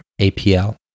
APL